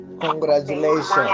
Congratulations